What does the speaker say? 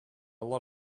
lot